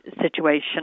situation